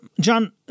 John